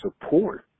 support